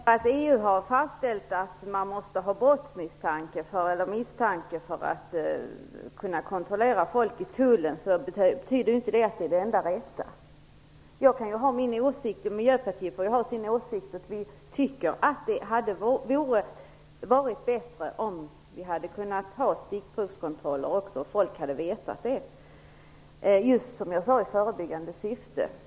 Fru talman! Att EU har fastställt att man måste ha brottmisstanke för att kunna kontrollera folk i tullen betyder inte att det är det enda rätta. Miljöpartiet kan ha sin åsikt. Vi tycker att det hade varit bättre om vi hade kunnat ha också stickprovskontroller, just i förebyggande syfte, och folk hade vetat det.